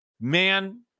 man